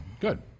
Good